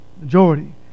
majority